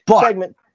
segment